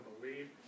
believe